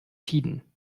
tiden